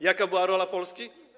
Jaka była rola Polski?